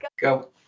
Go